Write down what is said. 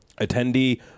attendee